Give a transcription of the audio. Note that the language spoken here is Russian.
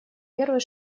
первый